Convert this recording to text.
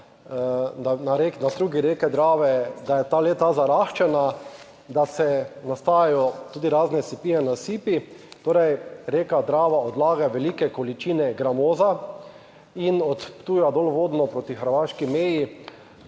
da struga reke Drave, da je ta leta zaraščena, da se nastajajo tudi razne sipine, nasipi, torej reka Drava odlaga velike količine gramoza. In od Ptuja dol vodno proti hrvaški meji